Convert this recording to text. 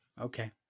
okay